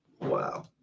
Wow